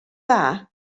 dda